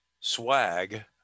swag